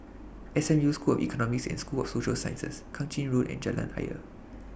SMU School of Economics and School of Social Sciences Kang Ching Road and Jalan Ayer